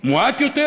מועט יותר,